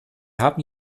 haben